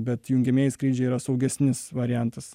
bet jungiamieji skrydžiai yra saugesnis variantas